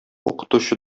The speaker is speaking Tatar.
укытучы